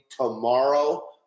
tomorrow